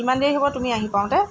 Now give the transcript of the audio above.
কিমান দেৰি হ'ব তুমি আহি পাওঁতে